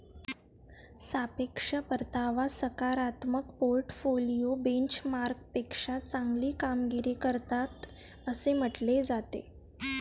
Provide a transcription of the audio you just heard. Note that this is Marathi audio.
सापेक्ष परतावा सकारात्मक पोर्टफोलिओ बेंचमार्कपेक्षा चांगली कामगिरी करतात असे म्हटले जाते